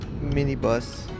minibus